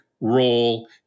role